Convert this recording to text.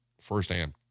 firsthand